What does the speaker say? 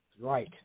Right